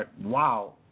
Wow